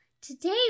Today